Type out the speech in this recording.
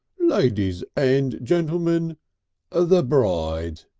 ladies and gentlemen ah the bride.